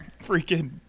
freaking